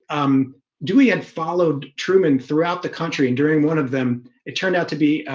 um dewey had followed truman throughout the country and during one of them it turned out to be